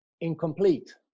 incomplete